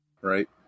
right